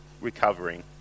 recovering